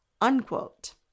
Unquote